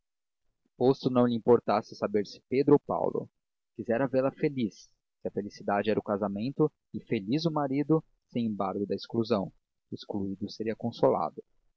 posto não lhe importasse saber se pedro ou paulo quisera vê-la feliz se a felicidade era o casamento e feliz o marido sem embargo da exclusão o excluído seria consolado